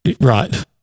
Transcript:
Right